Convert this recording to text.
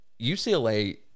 UCLA